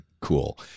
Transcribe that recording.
cool